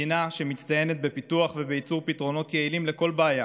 מדינה שמצטיינת בפיתות ובייצור פתרונות יעילים לכל בעיה,